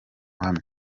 uhamye